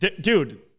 Dude